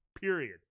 Period